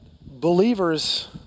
believers